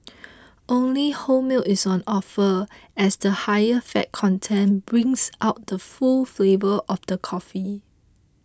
only whole milk is on offer as the higher fat content brings out the full flavour of the coffee